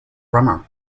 drummer